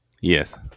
Yes